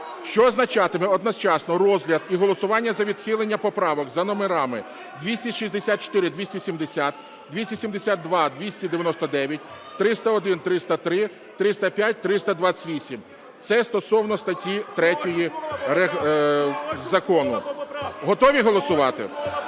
що означатиме одночасно розгляд і голосування за відхилення поправок за номерами: 264, 270, 272, 299, 301, 303, 305, 328. Це стосовно статті 3 закону. Готові голосувати?